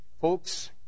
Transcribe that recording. Folks